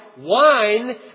wine